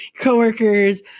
Co-workers